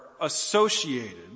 associated